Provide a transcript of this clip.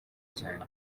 cyane